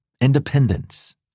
independence